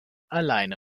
alleine